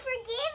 forgive